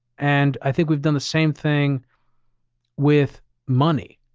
and i think we've done the same thing with money.